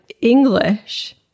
English